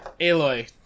Aloy